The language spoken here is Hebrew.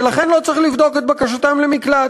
ולכן לא צריך לבדוק את בקשתם למקלט.